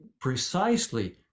precisely